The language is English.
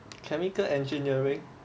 chemical engineering